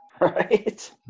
Right